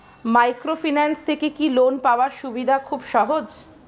Microfinance থেকে কি loan পাওয়ার সুবিধা খুব সহজ?